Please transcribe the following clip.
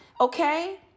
okay